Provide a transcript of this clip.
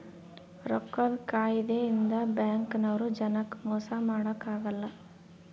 ರೊಕ್ಕದ್ ಕಾಯಿದೆ ಇಂದ ಬ್ಯಾಂಕ್ ನವ್ರು ಜನಕ್ ಮೊಸ ಮಾಡಕ ಅಗಲ್ಲ